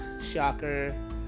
Shocker